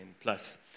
plus